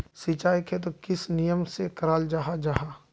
सिंचाई खेतोक किस नियम से कराल जाहा जाहा?